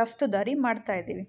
ರಫ್ತುದಾರಿ ಮಾಡ್ತಾ ಇದ್ದೀವಿ